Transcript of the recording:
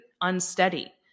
unsteady